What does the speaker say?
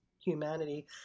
humanity